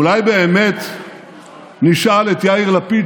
אולי באמת נשאל את יאיר לפיד,